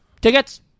Tickets